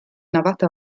navata